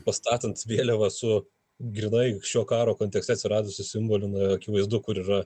pastatant vėliavą su grynai šio karo kontekste atsiradusių simbolių akivaizdu kur yra